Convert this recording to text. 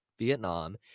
vietnam